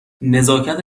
نزاکت